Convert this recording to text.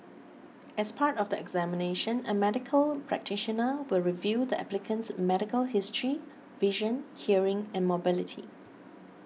as part of the examination a medical practitioner will review the applicant's medical history vision hearing and mobility